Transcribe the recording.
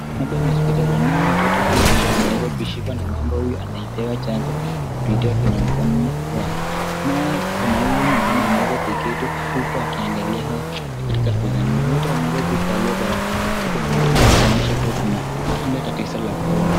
Hapa ni hospitalini. Na huyu mtoto huyu ambaye ameshikwa na mama huyu anapewa chanjo kupitia kwenye mkono wake. Nao kuna huyu mwingine ameweza kuketi tu huku akiangalia hao katika hospitalini. Wote wameweza kuvalia barakoa kwenye midomo yao kuonyesha kuwa kuna ile tatizo la corona.